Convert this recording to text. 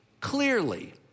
clearly